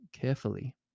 carefully